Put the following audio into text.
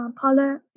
Paula